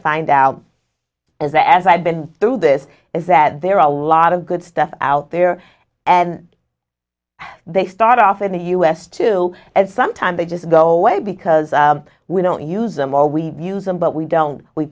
find out is that as i've been through this is that there are a lot of good stuff out there and they start off in the u s too and sometimes they just go away because we don't use them or we use them but we don't we